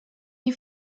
you